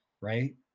right